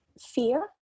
fear